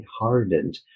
hardened